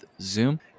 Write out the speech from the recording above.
zoom